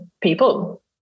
people